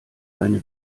eine